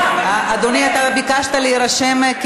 אדוני, אתה ביקשת להירשם?